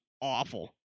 awful